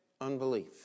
unbelief